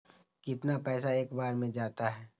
कितना पैसा एक बार में जाता है?